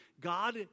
God